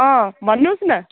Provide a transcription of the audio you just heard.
भन्नु होस् न